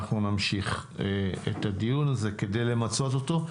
אנחנו נמשיך את הדיון הזה כדי למצות אותו.